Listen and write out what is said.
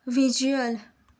visual